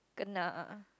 kena